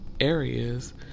Areas